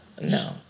No